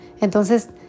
entonces